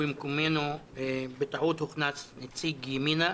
ובמקומנו בטעות הוכנס נציג ימינה.